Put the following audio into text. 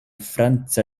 franca